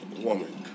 woman